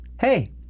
Hey